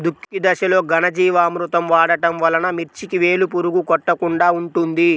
దుక్కి దశలో ఘనజీవామృతం వాడటం వలన మిర్చికి వేలు పురుగు కొట్టకుండా ఉంటుంది?